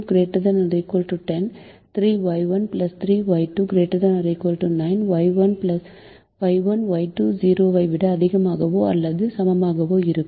4Y2 ≥ 10 3Y1 3Y2 ≥ 9 Y1 Y2 0 ஐ விட அதிகமாகவோ அல்லது சமமாகவோ இருக்கும்